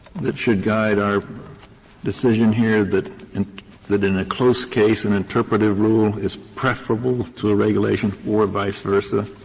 that should guide our decision here that in that in a close case, an interpretive rule is preferable to a regulation or vice versa?